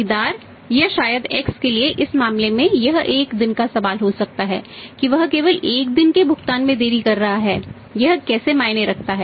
खरीदार या शायद X के लिए इस मामले में यह एक दिन का सवाल हो सकता है कि वह केवल एक दिन के भुगतान में देरी कर रहा है यह कैसे मायने रखता है